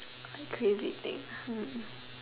crazy thing erm